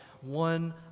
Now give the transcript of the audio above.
one